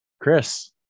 Chris